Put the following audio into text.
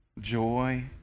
Joy